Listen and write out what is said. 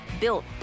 built